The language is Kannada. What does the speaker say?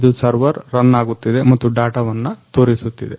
ಇದು ಸರ್ವರ್ ರನ್ ಆಗುತ್ತಿದೆ ಮತ್ತು ಡಾಟವನ್ನ ತೋರಿಸುತ್ತಿದೆ